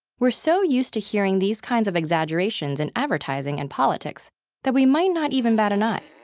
we're so used to hearing these kinds of exaggerations in advertising and politics that we might not even bat an eye.